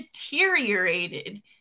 deteriorated